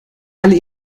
alle